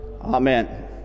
Amen